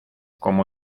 como